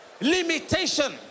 Limitation